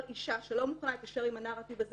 כל אישה שלא מוכנה להתיישר עם הנרטיב הזה,